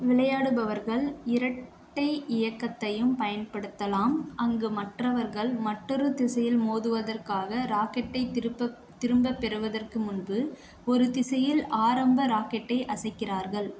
விளையாடுபவர்கள் இரட்டை இயக்கத்தையும் பயன்படுத்தலாம் அங்கு மற்றவர்கள் மற்றொரு திசையில் மோதுவதற்காக ராக்கெட்டை திருப்ப திரும்பப் பெறுவதற்கு முன்பு ஒரு திசையில் ஆரம்ப ராக்கெட்டை அசைக்கிறார்கள்